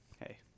Hey